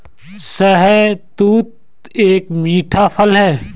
शहतूत एक मीठा फल है